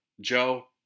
Joe